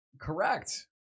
correct